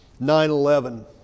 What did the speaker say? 9-11